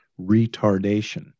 retardation